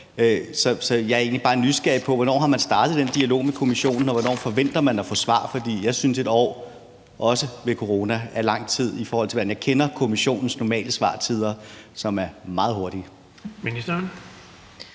bare nysgerrig på, hvornår man har startet den dialog med Kommissionen, og hvornår man forventer at få svar. For jeg synes, at et år – også med corona – er lang tid, i forhold til hvordan jeg kender Kommissionens normale svartider, som er meget hurtige. Kl.